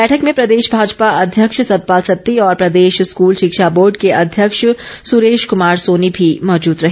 बैठक में प्रदेश भाजपा अध्यक्ष सतपाल सत्ती और प्रदेश स्कूल शिक्षा बोर्ड के अध्यक्ष सुरेश कुमार सोनी भी मौजूद रहे